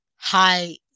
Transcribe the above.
high